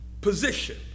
position